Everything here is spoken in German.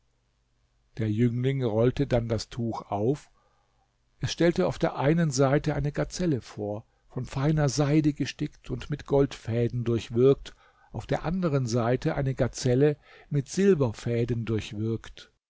der jüngling rollte dann das tuch auf es stellte auf der einen seite eine gazelle vor von feiner seide gestickt und mit goldfäden durchwirkt auf der anderen seite eine gazelle mit silberfäden